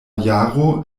jaro